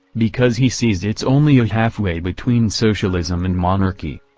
because he sees it's only a halfway between socialism and monarchy.